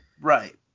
Right